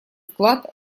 вклад